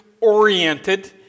oriented